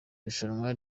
rushanwa